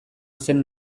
zen